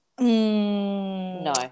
No